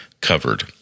covered